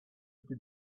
fifty